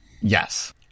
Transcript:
Yes